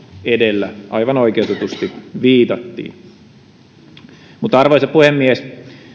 edellä aivan oikeutetusti viitattiin arvoisa puhemies